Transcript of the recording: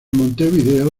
montevideo